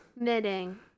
Knitting